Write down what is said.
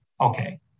okay